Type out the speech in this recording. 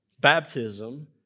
Baptism